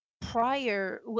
Prior